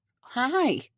Hi